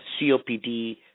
COPD